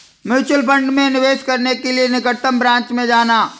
mutual fund में निवेश करने के लिए निकटतम ब्रांच में जाना